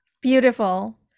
Beautiful